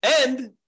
And-